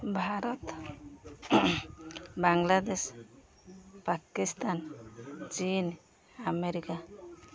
ଭାରତ ବାଂଲାଦେଶ ପାକିସ୍ତାନ ଚୀନ୍ ଆମେରିକା